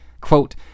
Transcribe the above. Quote